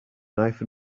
knife